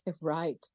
Right